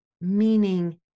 Meaning